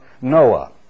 Noah